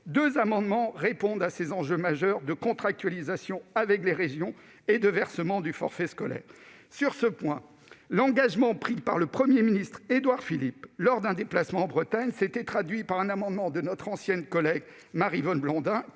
Deux amendements répondent à ces enjeux majeurs de contractualisation avec les régions et de versement du forfait scolaire. Sur ce point, l'engagement pris par le Premier ministre Édouard Philippe lors d'un déplacement en Bretagne s'était traduit par l'adoption d'un amendement de notre ancienne collègue Maryvonne Blondin